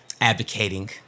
advocating